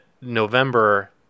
November